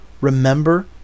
remember